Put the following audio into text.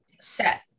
set